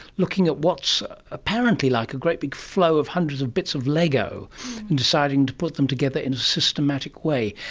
looking at what's apparently like a great big flow of hundreds of bits of lego and deciding to put them together in systematic way.